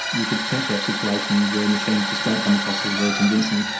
you could potentially have situations where machines just don't come across as very convincing,